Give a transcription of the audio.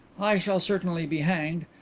i shall certainly be hanged,